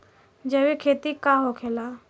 जैविक खेती का होखेला?